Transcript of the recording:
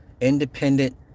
independent